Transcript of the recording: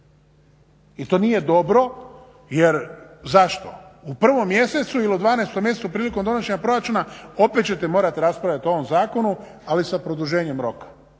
i to nije dobro jer, zašto? U 1. mjesecu ili u 12. mjesecu prilikom donošenja proračuna opet ćete morati raspravljati o ovom zakonu, ali sa produženjem roka